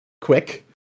quick